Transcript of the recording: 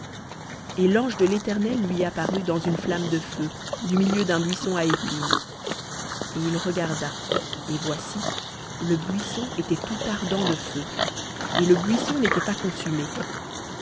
et l'ange de l'éternel lui apparut dans une flamme de feu du milieu d'un buisson à épines et il regarda et voici le buisson était ardent de feu et le buisson n'était pas consumé